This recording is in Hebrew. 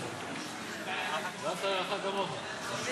ואהבת לרעך כמוך.